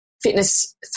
fitness